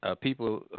people